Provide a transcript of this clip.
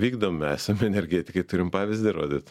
vykdom esam energetikai turim pavyzdį rodyt